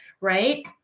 right